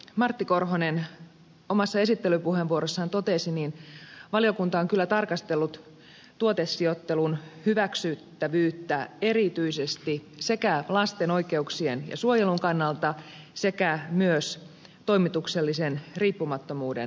martti korhonen omassa esittelypuheenvuorossaan totesi niin valiokunta on kyllä tarkastellut tuotesijoittelun hyväksyttävyyttä erityisesti sekä lasten oikeuksien ja suojelun kannalta että myös toimituksellisen riippumattomuuden näkökulmasta